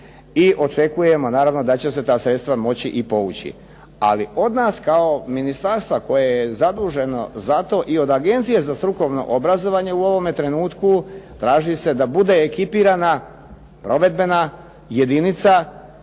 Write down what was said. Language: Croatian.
i očekujemo naravno da će se ta sredstva moći i povući. Ali od nas kao ministarstva koje je zaduženo za to i od Agencije za strukovno obrazovanje u ovome trenutku traži se da bude ekipirana provedbena jedinica